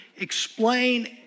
explain